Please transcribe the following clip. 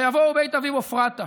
ויבֹא בית אביו עפרתה